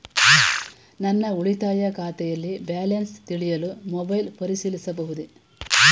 ನನ್ನ ಉಳಿತಾಯ ಖಾತೆಯಲ್ಲಿ ಬ್ಯಾಲೆನ್ಸ ತಿಳಿಯಲು ಮೊಬೈಲ್ ಪರಿಶೀಲಿಸಬಹುದೇ?